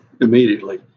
immediately